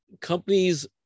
companies